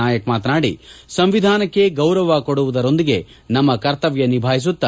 ನಾಯಕ್ ಮಾತನಾಡಿ ಸಂವಿಧಾನಕ್ಕೆ ಗೌರವ ಕೊಡುವುದರೊಂದಿಗೆ ನಮ್ಮ ಕರ್ತವ್ಯ ನಿಭಾಯಿಸುತ್ತ